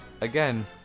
again